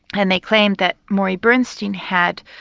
and they claimed that morrie bernstein had,